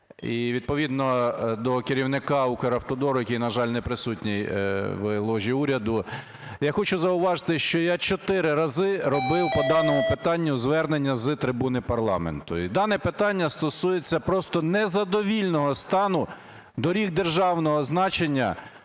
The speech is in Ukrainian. і, відповідно, до керівника Укравтодору, який, на жаль, не присутній в ложі уряду. Я хочу зауважити, що я чотири рази робив по даному питанню звернення з трибуни парламенту. І дане питання стосується просто незадовільного стану доріг державного значення